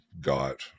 got